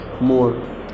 more